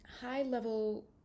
high-level